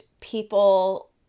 people